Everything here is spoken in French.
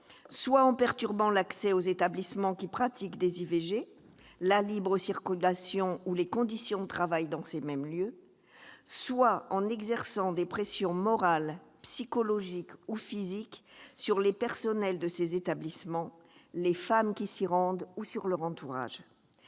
soit en perturbant l'accès aux établissements qui pratiquent des IVG, la libre circulation ou les conditions de travail dans ces mêmes lieux, soit en exerçant des pressions morales, psychologiques ou physiques sur les personnels de ces établissements, sur les femmes qui s'y rendent ou sur leur entourage.